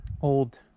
old